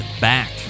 back